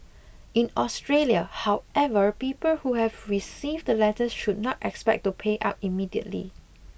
in Australia however people who have received the letters should not expect to pay up immediately